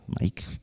Mike